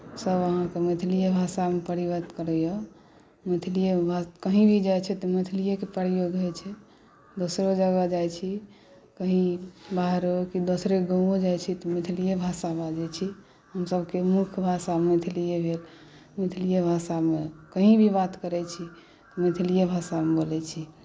सभ अहाँकेँ मैथिलीए भाषामे प्रयोग करैए मैथिलीए भाषा कहीँ भी जाइत छै तऽ मैथिलीएके प्रयोग होइत छै दोसरो जगह जाइत छी कहीँ बाहरो कि दोसरो गाँवो जाइत छी तऽ मैथिलीए भाषा बाजैत छी मतलब कि मुख्य भाषा मैथिलीए भेल मैथिलीए भाषामे कहीँ भी बात करैत छी तऽ मैथिलीए भाषामे बोलैत छी